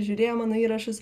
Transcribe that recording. žiūrėjo mano įrašus